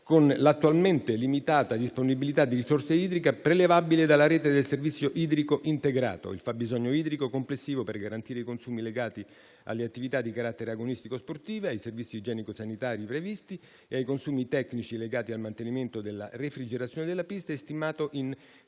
con l'attualmente limitata disponibilità di risorse idriche prelevabile dalla rete del servizio idrico integrato. Il fabbisogno idrico complessivo, per garantire i consumi legati alle attività di carattere agonistico sportive, ai servizi igienico-sanitari previsti e ai consumi tecnici legati al mantenimento della refrigerazione della pista, è stimato in